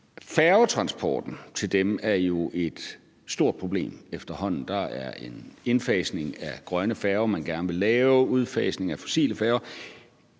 Færgetransporten til dem er jo efterhånden et stort problem. Der er en indfasning af grønne færger, man gerne vil lave, og en udfasning af fossile færger.